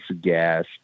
gas